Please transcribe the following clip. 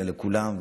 אלא לכולם,